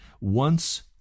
once